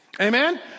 Amen